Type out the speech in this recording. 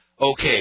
okay